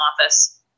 office